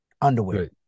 underwear